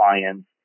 clients